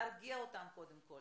להרגיע אותם קודם כול,